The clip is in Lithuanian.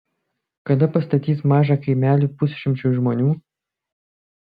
kada pastatys mažą kaimelį pusšimčiui žmonių